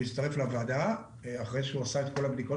הוא מצטרף לוועדה לאחר שעשה את כל הבדיקות